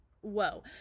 whoa